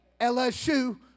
LSU